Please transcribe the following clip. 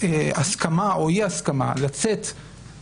ההסכמה או אי ההסכמה לצאת,